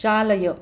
चालय